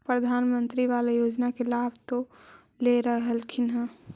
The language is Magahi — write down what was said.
प्रधानमंत्री बाला योजना के लाभ तो ले रहल्खिन ह न?